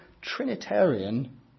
Trinitarian